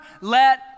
let